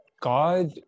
god